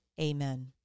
amen